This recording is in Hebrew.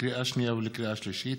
לקריאה שנייה ולקריאה שלישית: